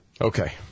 okay